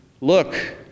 look